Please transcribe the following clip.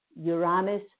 Uranus